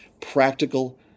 practical